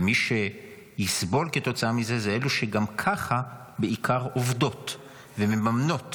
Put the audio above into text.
ומי שיסבול כתוצאה מזה הם אלו שגם ככה בעיקר עובדות ומממנות